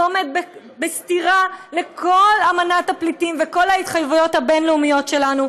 זה עומד בסתירה לכל אמנת הפליטים וכל ההתחייבויות הבין-לאומיות שלנו,